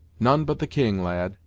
none but the king, lad.